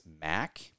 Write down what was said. MAC